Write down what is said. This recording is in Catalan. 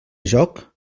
joc